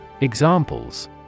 Examples